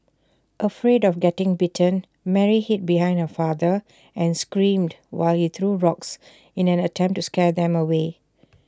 afraid of getting bitten Mary hid behind her father and screamed while he threw rocks in an attempt to scare them away